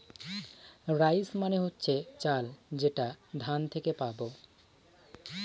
rice মানে হচ্ছে চাল যেটা ধান থেকে পাবো